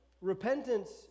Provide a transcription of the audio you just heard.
repentance